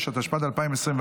6), התשפ"ד 2024,